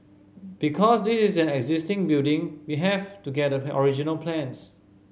because this is an existing building we have to get the original plans